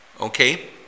Okay